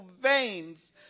veins